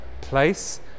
place